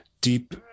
deep